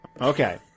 Okay